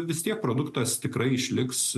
vis tiek produktas tikrai išliks